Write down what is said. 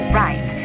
right